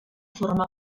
forma